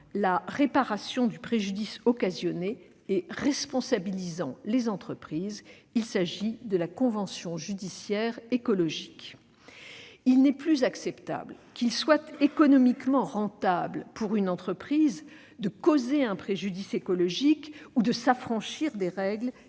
la réparation du préjudice occasionné et responsabilisant les entreprises : il s'agit de la convention judiciaire écologique. Il n'est plus acceptable qu'il soit économiquement rentable pour une entreprise de causer un préjudice écologique ou de s'affranchir des règles